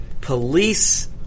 police